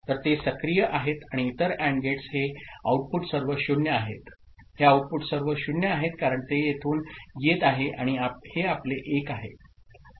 तर ते सक्रिय आहेत आणि इतर AND गेट्स हे आउटपुट सर्व 0 आहेत हे आउटपुट सर्व 0 आहेत कारण ते येथून येत आहे आणि हे आपले 1 आहे